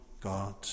God